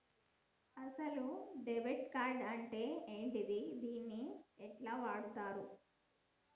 అసలు debit card అంటే ఏంటిది? దీన్ని ఎట్ల వాడుతరు?